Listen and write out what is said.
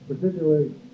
particularly